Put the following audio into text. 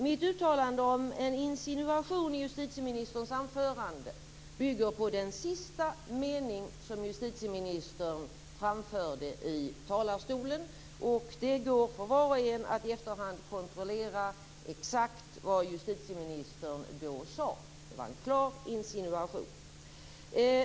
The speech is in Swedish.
Mitt uttalande om en insinuation i justitieministerns anförande bygger på den sista mening som justitieministern framförde i talarstolen. Det går för var och en att i efterhand kontrollera exakt vad justitieministern då sade. Det var en klar insinuation.